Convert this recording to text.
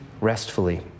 restfully